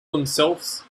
themselves